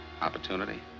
opportunity